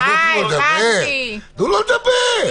לא תיתנו לו לדבר?